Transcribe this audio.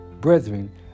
brethren